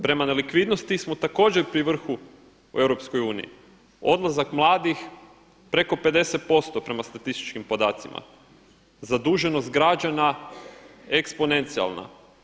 Prema nelikvidnosti smo također pri vrhu u Europskoj uniji, odlazak mladih preko 50% prema statističkim podacima, zaduženost građana eksponencijalna.